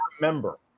remember